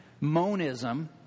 monism